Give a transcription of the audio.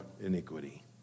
iniquity